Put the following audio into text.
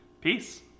Peace